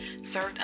served